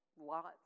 lots